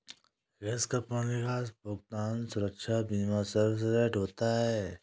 किस कंपनी का भुगतान सुरक्षा बीमा सर्वश्रेष्ठ होता है?